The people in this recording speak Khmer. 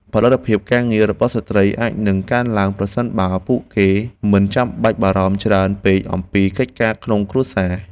ផលិតភាពការងាររបស់ស្ត្រីអាចនឹងកើនឡើងប្រសិនបើពួកគេមិនចាំបាច់បារម្ភច្រើនពេកអំពីកិច្ចការក្នុងគ្រួសារ។